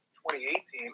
2018